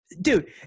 dude